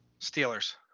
Steelers